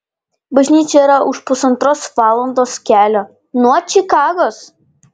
bažnyčia yra už pusantros valandos kelio nuo čikagos